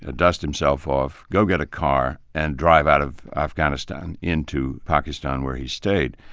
ah dust himself off, go get a car, and drive out of afghanistan into pakistan, where he stayed.